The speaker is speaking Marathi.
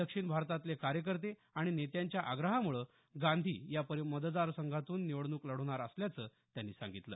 दक्षिण भारतातले कार्यकर्ते आणि नेत्यांच्या आग्रहामुळे गांधी या मतदारसंघातून निवडणूक लढवणार असल्याचं त्यांनी सांगितलं